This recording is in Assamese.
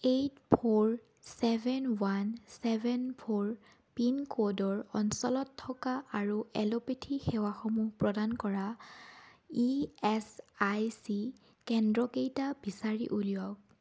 eight four seven one seven four pin ক'ডৰ অঞ্চলত থকা আৰু এলোপেথী সেৱাসমূহ প্ৰদান কৰা ই এচ আই চি কেন্দ্ৰকেইটা বিচাৰি উলিয়াওক